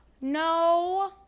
no